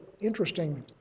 interesting